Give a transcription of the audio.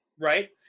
Right